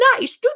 nice